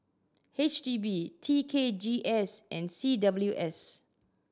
H D B T K G S and C W S